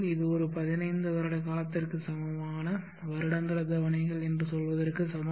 இது ஒரு பதினைந்து வருட காலத்திற்கு சமமான வருடாந்திர தவணைகள் என்று சொல்வதற்கு சமம்